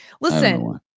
Listen